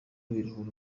biruhura